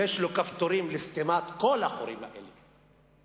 יש לו כפתורים לסתימת כל החורים האלה.